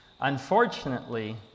Unfortunately